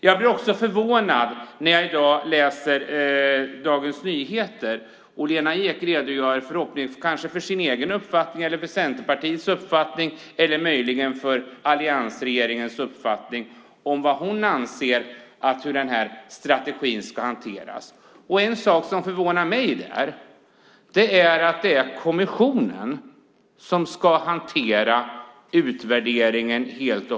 Jag blir förvånad när jag i dag läser Dagens Nyheter där Lena Ek redogör kanske för sin egen uppfattning, för Centerpartiets uppfattning eller möjligen för alliansregeringens uppfattning. Hon redogör för hur hon anser att strategin ska hanteras. En sak som förvånar mig är att det är kommissionen som helt och hållet ska hantera utvärderingen.